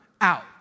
out